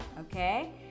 okay